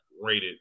rated